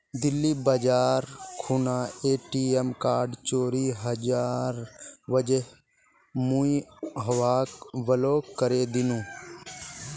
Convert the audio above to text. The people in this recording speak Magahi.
दिल्ली जबार खूना ए.टी.एम कार्ड चोरी हबार वजह मुई वहाक ब्लॉक करे दिनु